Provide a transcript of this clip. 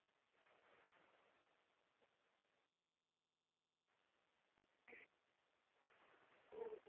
جی sir اس کی battery life پہلے فورٹین سے بہتر ہے فورٹین سے کافی بہتر اس کی بیٹری لائف ہے